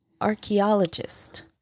archaeologist